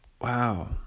Wow